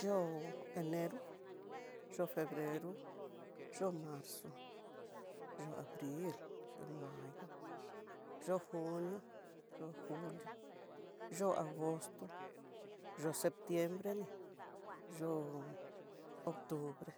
Yo'o enero, yo'o febrero, yo'o marzo, yo'o abril, yo'o mayo, yo'o junio, yo'o julio, yo'o agosto, yo'o septiembre, yo'o ocutbre,